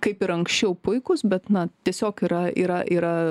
kaip ir anksčiau puikūs bet na tiesiog yra yra yra